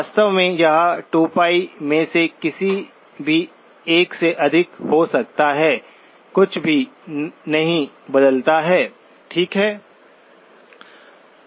वास्तव में यह 2π में से किसी भी एक से अधिक हो सकता है कुछ भी नहीं बदलता है ठीक है